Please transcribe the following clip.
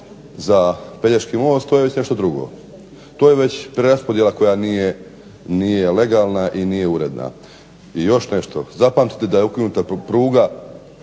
za pelješki most to je već nešto drugo, to je već preraspodjela koja nije legalna i nije uredna. I još nešto, zapamtite da je ukinuta pruga